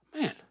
man